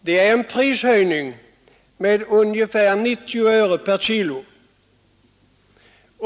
Det är en prishöjning på ungefär 90 öre per kilo.